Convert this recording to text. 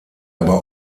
aber